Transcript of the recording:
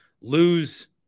lose